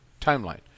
timeline